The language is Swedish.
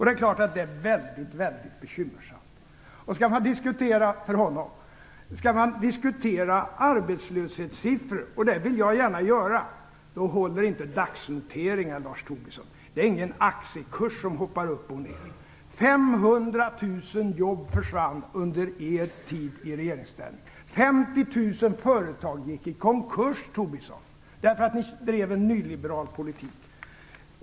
Det är klart att det är mycket bekymmersamt. Om man skall diskutera arbetslöshetssiffror - och det vill jag gärna göra - håller inte dagsnoteringar. Det är ingen aktiekurs som hoppar upp och ner. Under er tid i regeringsställning försvann 500 000 jobb, och 50 000 företag gick i konkurs, Lars Tobisson, därför att ni drev en nyliberal politik.